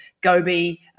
Gobi